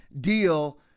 deal